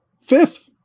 Fifth